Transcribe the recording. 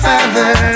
Father